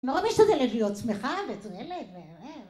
‫מאוד משתדלת להיות שמחה, וצוהלת, ו...